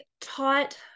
taught